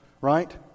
right